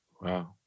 Wow